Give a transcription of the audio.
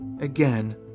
again